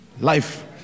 life